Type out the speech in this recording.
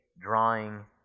drawing